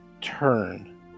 turn